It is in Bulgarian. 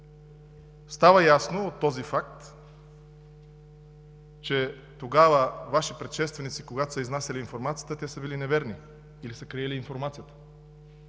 Става ясно от този факт, че когато Ваши предшественици са изнасяли информацията, те са били неверни или са криели информация.